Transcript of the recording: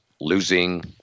losing